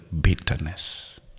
bitterness